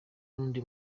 n’undi